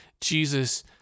Jesus